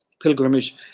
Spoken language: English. pilgrimage